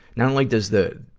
not only does the,